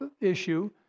issue